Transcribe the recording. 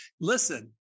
listen